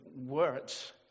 words